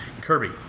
Kirby